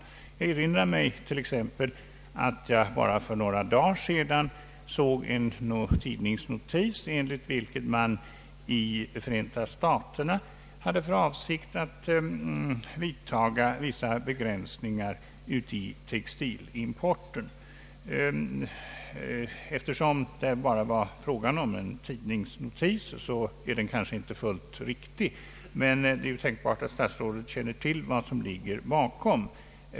Jag erinrar mig t.ex. att jag bara för några dagar sedan såg en tidningsnotis, enligt vilken Förenta staterna hade för avsikt att vidta vissa begränsningar i textilimporten. Eftersom det bara var fråga om en tidningsnotis är kanske uppgiften inte fullt riktig, men det är tänkbart att statsrådet känner till vad som ligger bakom.